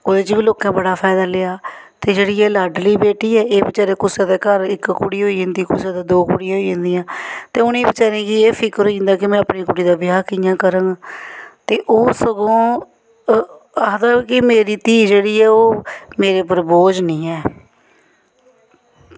ओह्दे च बी लोकें बड़ा फायदा लैआ ते एह् जेह्ड़ी लाडली बेटी ऐ एह् कोई कुसै दे घर इक बेटी होई जंदी ऐ कोई दौ बेटियां होई जंदियां न ते उसी बेचारै गी एह् फिक्र होई जंदा की में अपनी कुड़ी दा ब्याह् कि'यां करङ ते ओह् सगुआं आखदे कि मेरी धीऽ जेह्ड़ी ऐ ओह् मेरे उप्पर बोझ निं ऐ